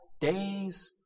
days